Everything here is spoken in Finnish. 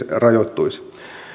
rajoittuisi